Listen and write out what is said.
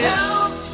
Help